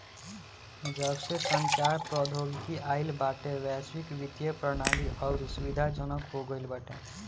जबसे संचार प्रौद्योगिकी आईल बाटे वैश्विक वित्तीय प्रणाली अउरी सुविधाजनक हो गईल बाटे